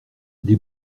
les